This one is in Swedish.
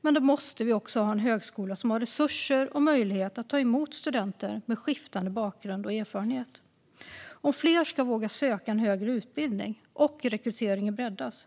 Men då måste vi ha en högskola som har resurser och möjlighet att ta emot studenter med skiftande bakgrund och erfarenhet. Om fler ska våga söka en högre utbildning och rekryteringen ska kunna breddas